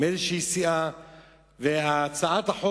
מסיעה כלשהי,